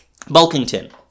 Bulkington